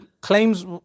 claims